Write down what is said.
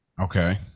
Okay